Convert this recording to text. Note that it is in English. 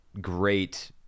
great